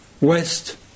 West